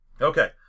Okay